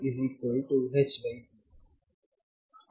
ಅಂದರೆ wavehp